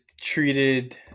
treated